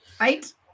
Right